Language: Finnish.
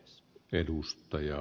se edus ta ja